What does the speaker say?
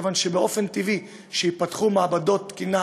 מכיוון שבאופן טבעי ייפתחו מעבדות תקינה